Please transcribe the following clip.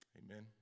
amen